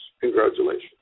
Congratulations